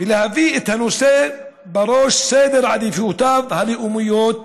ולהביא את הנושא לראש סדר עדיפויותיו הלאומיות